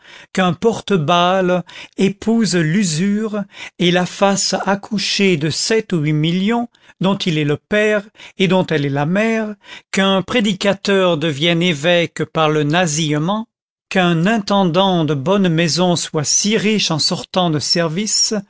qu'un porte balle épouse l'usure et la fasse accoucher de sept ou huit millions dont il est le père et dont elle est la mère qu'un prédicateur devienne évêque par le nasillement qu'un intendant de bonne maison soit si riche en sortant de service